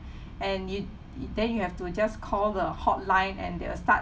and you y~ then you have to just call the hotline and they'll start